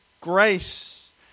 grace